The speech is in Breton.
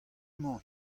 emañ